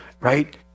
Right